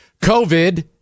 COVID